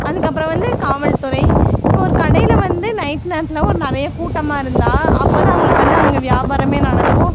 அதுக்கப்புறம் வந்து காவல்துறை இப்போ ஒரு கடையில வந்து நைட்டு நேரத்தில் ஒரு நிறைய கூட்டமாக இருந்தால் அப்போதான் அவங்களுக்கு வந்து அங்க வியாபாரமே நடக்கும்